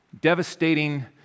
Devastating